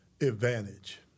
advantage